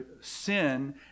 sin